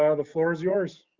ah the floor is yours.